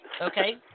Okay